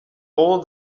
all